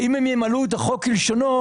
אם הם ימלאו את החוק כלשונו,